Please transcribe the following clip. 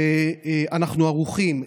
ואנחנו ערוכים.